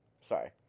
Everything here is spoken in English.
sorry